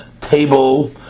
table